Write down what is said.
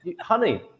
honey